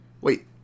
wait